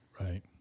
right